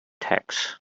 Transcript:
text